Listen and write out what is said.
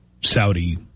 Saudi